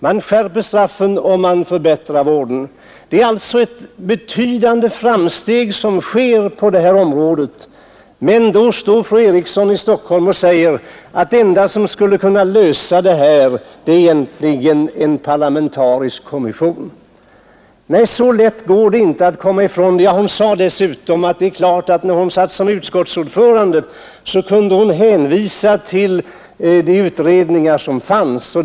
Man skärper straffen och man förbättrar vården. Det är alltså ett betydande framsteg som sker. Men då står fru Eriksson i Stockholm upp och säger att det enda som skulle kunna lösa problemet är en parlamentarisk kommission. Hon säger dessutom att när hon var utskottsordförande kunde hon hänvisa till de utredningar som fanns.